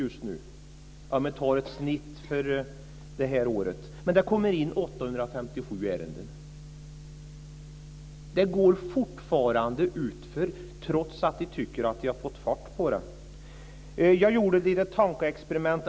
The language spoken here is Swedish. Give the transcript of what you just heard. Det är då ett genomsnitt för det här året. Men 857 ärenden kommer in. Det går alltså fortfarande utför trots att man tycker sig ha fått fart på detta. Jag har gjort ett litet tankeexperiment.